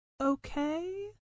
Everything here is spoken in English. okay